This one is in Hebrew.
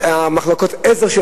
מחלקות העזר,